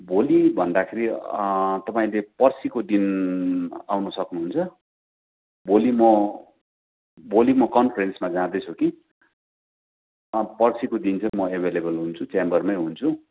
भोलि भन्दाखेरि तपाईँले पर्सिको दिन आउनु सक्नुहुन्छ भोलि म भोलि म कन्फरेन्समा जाँदैछु कि पर्सिको दिन चाहिँ म एभाइलेबल हुन्छु च्याम्बरमै हुन्छु